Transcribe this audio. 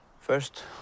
First